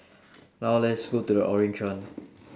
now let's go to the orange one